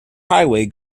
highway